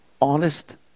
Honest